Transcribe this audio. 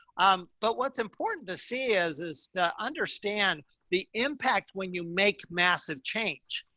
um, but what's important to see is, is to understand the impact when you make massive change,